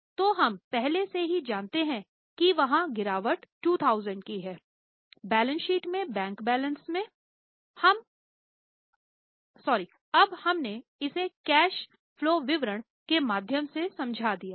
तो हम पहले से ही जानते हैं कि वहाँ गिरावट 2000 की है बैलेंस शीट से बैंक बैलेंस में अब हमने इसे कैश फलो विवरण के माध्यम से समझा दिया है